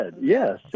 Yes